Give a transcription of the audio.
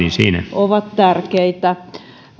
ovat tärkeitä